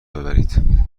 ببرید